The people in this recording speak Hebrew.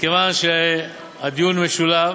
מכיוון שהדיון משולב,